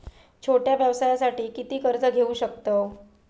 छोट्या व्यवसायासाठी किती कर्ज घेऊ शकतव?